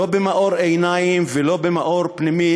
לא במאור עיניים ולא במאור פנימי,